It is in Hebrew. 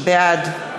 בעד